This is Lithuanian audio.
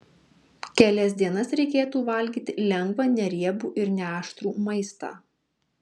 kelias dienas reikėtų valgyti lengvą neriebų ir neaštrų maistą